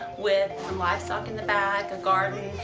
with livestock in the back, a garden,